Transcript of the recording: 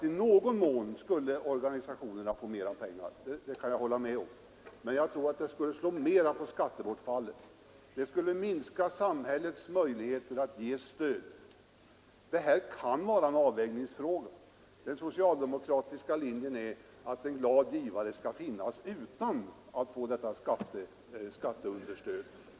I någon mån skulle organisationerna få mera pengar, det kan jag hålla med om, men jag tror att det skulle slå mera på skattebortfallet. Det skulle minska samhällets möjligheter att ge stöd. Det här kan vara en avvägningsfråga. Den socialdemokratiska linjen är att en glad givare skall finnas utan att man skall få detta skatteunderstöd.